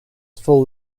full